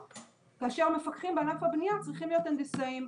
כאשר מפקחים בענף הבנייה צריכים להיות הנדסאים.